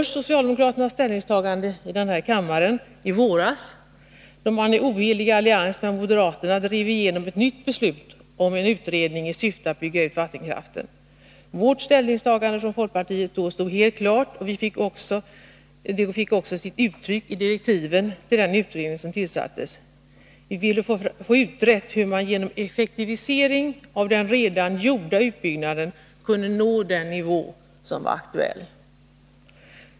Socialdemokraternas ställningstagande i denna kammare i våras, då man i ohelig allians med moderaterna drev igenom ett nytt beslut om en utredning i syfte att bygga ut vattenkraften. Vårt ställningstagande stod helt klart och fick också sitt uttryck i direktiven till den utredning som tillsattes. Vi ville få utrett hur man genom effektivisering av den redan gjorda utbyggnaden kunde nå den nivå som var aktuell.